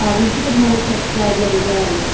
ah we just had the membership drive the other day.